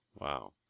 Wow